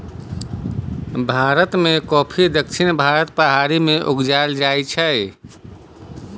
भारत मे कॉफी दक्षिण भारतक पहाड़ी मे उगाएल जाइ छै